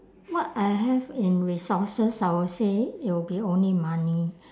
what I have in resources I would say it will be only money